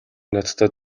надтай